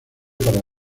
para